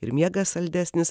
ir miegas saldesnis